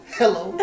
hello